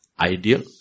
Ideal